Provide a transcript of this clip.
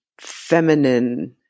feminine